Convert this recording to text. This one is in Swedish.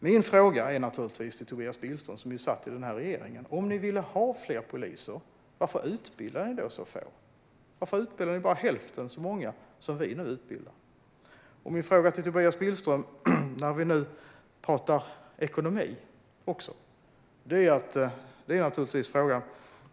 Min fråga till Tobias Billström, som satt i den tidigare regeringen, är: Om ni ville ha fler poliser, varför utbildade ni då så få? Varför utbildade ni bara hälften så många som vi nu utbildar? Jag har fler frågor till Tobias Billström, när vi nu också talar om ekonomi.